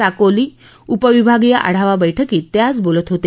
साकोली उपविभागीय आढावा बर्क्कीत ते आज बोलत होते